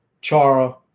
Chara